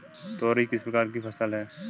तोरई किस प्रकार की फसल है?